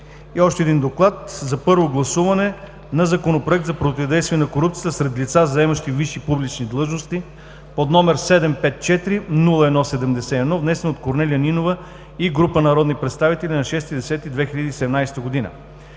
2017 г.“ „ДОКЛАД за първо гласуване на Законопроект за противодействие на корупцията сред лица, заемащи висши публични длъжности, № 754-01-71, внесе от Корнелия Нинова и група народни представители на 6 октомври